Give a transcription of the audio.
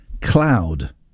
Cloud